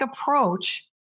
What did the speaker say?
approach